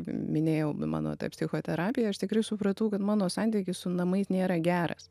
minėjau mano tą psichoterapiją aš tikrai supratau kad mano santykis su namais nėra geras